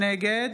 נגד